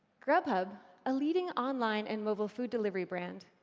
grubhub, a leading online and mobile food delivery brand,